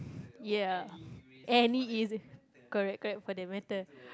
ya any eraser correct correct for that matter